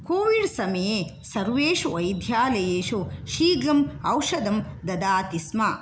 COVID समये सर्वेषु वैध्यालयेषु शीघ्रम् औषधं ददाति स्म